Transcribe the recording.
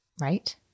Right